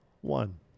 one